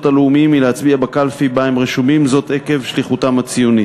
הלאומיים מלהצביע בקלפי שבה הם רשומים עקב שליחותם הציונית,